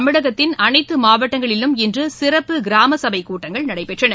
தமிழகத்தின் அனைத்து மாவட்டங்களிலும் இன்று சிறப்பு கிராம சபைக்கூட்டங்கள் நடைபெற்றன